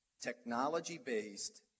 technology-based